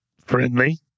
friendly